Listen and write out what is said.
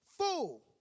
fool